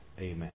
Amen